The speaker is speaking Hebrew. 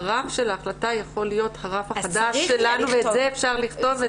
רף ההחלטה יכול להיות הרף החדש שלנו ואת זה אפשר לכתוב.